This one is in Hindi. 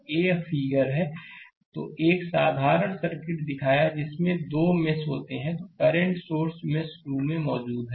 स्लाइड समय देखें 1753 तो एक साधारण सर्किट दिखाएगा जिसमें 2 मेष होते हैं करंट सोर्स मेष 2 में मौजूद है